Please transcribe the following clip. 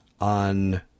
on